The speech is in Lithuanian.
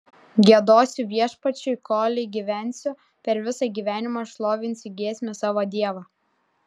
giedosiu viešpačiui kolei gyvensiu per visą gyvenimą šlovinsiu giesme savo dievą